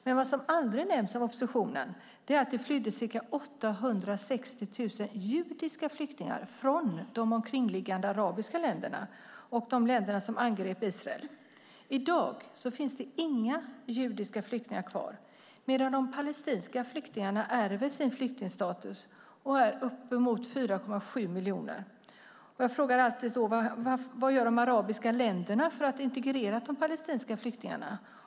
Det som dock aldrig nämns av oppositionen är att det flydde ca 860 000 judiska flyktingar från de omkringliggande arabiska länderna och från de länder som angrep Israel. I dag finns inte längre några judiska flyktingar medan de palestinska flyktingarna ärver sin flyktingstatus och antalet flyktingar är nu närmare 4,7 miljoner. Jag frågar mig alltid: Vad gör de arabiska länderna för att integrera de palestinska flyktingarna?